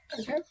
Okay